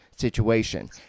situation